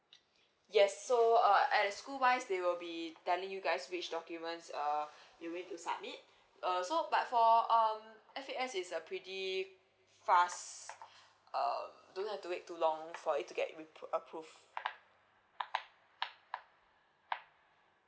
yes so uh at school wise they will be telling you guys which documents err you will need to submit uh so but for um F_A_S is a pretty fast uh don't have to wait too long for it to get repro~ approved